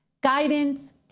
Guidance